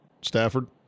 Stafford